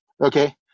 Okay